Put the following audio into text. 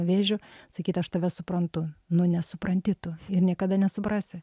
vėžiu sakyt aš tave suprantu nu nesupranti tu ir niekada nesuprasi